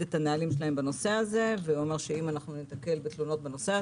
את הנהלים שלהם בנושא הזה ואומר שאם ניתקל בתלונות בנושא,